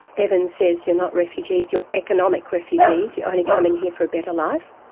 evans says, you're not refugees, you're economic refugees, you're only coming here for a better life'.